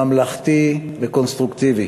ממלכתי וקונסטרוקטיבי